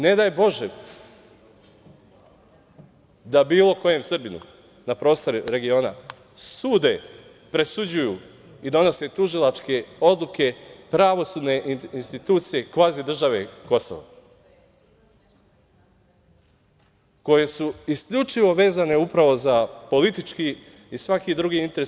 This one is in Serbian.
Ne daj Bože da bilo kojem Srbinu na prostoru regiona sude, presuđuju i donose tužilačke odluke pravosudne institucije kvazi države „Kosovo“, koje su isključivo vezane upravo za politički i svaki drugi interes.